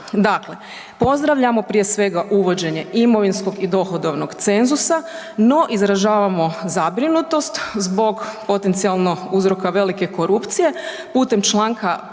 Dakle, pozdravljam prije svega uvođenje imovinskog i dohodovnog cenzusa, no izražavamo zabrinutost zbog potencijalnog uzroka velike korupcije putem čl.